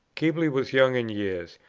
keble was young in years,